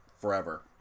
forever